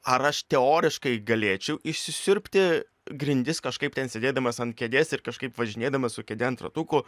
ar aš teoriškai galėčiau išsisiurbti grindis kažkaip ten sėdėdamas ant kėdės ir kažkaip važinėdamas su kėde ant ratukų